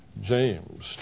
James